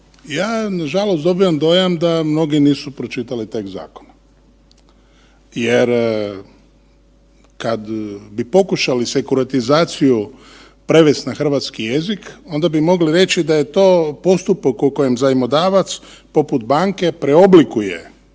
ja nažalost dobivam dojam da mnogi nisu pročitali tekst zakona jer kad bi pokušali sekuritizaciju prevest na hrvatski jezik onda bi mogli reći da je to postupak u kojem zajmodavac poput banke preoblikuje